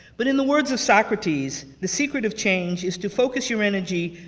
but in the words of socrates, the secret of change is to focus your energy,